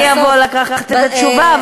אני אבוא לקחת את התשובה,